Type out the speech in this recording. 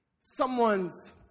someone's